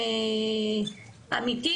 עם עמיתים,